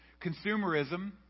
Consumerism